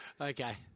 Okay